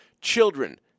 Children